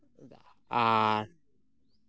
ᱟᱨ